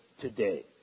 today